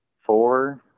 Four